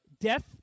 death